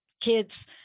kids